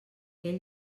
ell